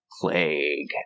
plague